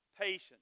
patience